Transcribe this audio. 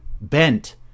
bent